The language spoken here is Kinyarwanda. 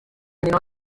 nyina